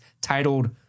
titled